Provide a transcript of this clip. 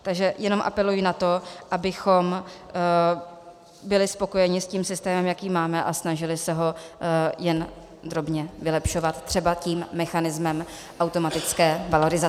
Takže jenom apeluji na to, abychom byli spokojeni s tím systémem, jaký máme, a snažili se ho jen drobně vylepšovat třeba tím mechanismem automatické valorizace.